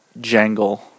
jangle